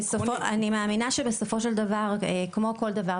אני מאמינה שבסופו של דבר כמו כל דבר,